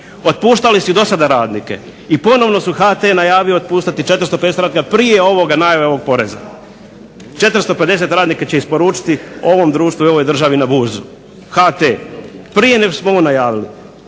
Otpuštali su i do sada radnike i ponovo je HT najavio otpuštati 400, 500 radnika prije ovoga, prije najave ovog poreza, 450 radnika će isporučiti ovom društvu i ovoj državi na burzu, HT, prije nego što smo ovo najavili.